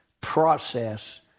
process